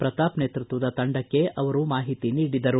ಪ್ರತಾಪ್ ನೇತೃತ್ವದ ತಂಡಕ್ಕೆ ಅವರು ಮಾಹಿತಿ ನೀಡಿದರು